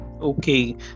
okay